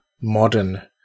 modern